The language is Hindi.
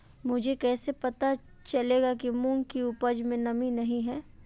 मुझे कैसे पता चलेगा कि मूंग की उपज में नमी नहीं है?